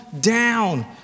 down